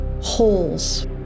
holes